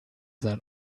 that